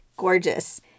gorgeous